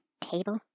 table